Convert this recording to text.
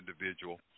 individual